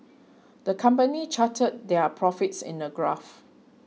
the company charted their profits in a graph